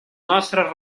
nostres